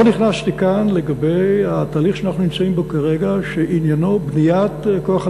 לא נכנסתי כאן לתהליך שאנחנו נמצאים בו כרגע,